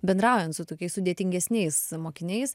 bendraujant su tokiais sudėtingesniais mokiniais